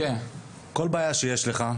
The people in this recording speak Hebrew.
כל בעיה שיש לך.